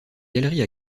galerie